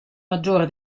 maggiore